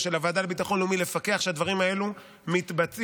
ולוועדה לביטחון לאומי לפקח שהדברים האלה מתבצעים.